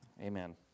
Amen